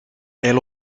elle